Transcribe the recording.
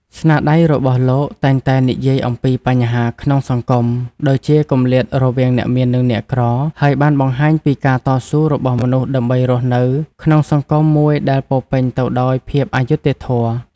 ស្នាដៃរបស់លោកតែងតែនិយាយអំពីបញ្ហាក្នុងសង្គម ដូចជាគម្លាតរវាងអ្នកមាននិងអ្នកក្រ ហើយបានបង្ហាញពីការតស៊ូរបស់មនុស្សដើម្បីរស់នៅក្នុងសង្គមមួយដែលពោរពេញទៅដោយភាពអយុត្តិធម៌។